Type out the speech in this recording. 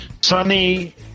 sunny